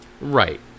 Right